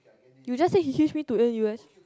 you just said he hitch me to N_U_S